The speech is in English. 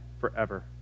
forever